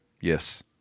Yes